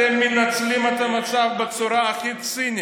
אתם מנצלים את המצב בצורה הכי צינית.